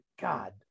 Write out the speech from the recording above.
God